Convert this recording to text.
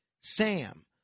Sam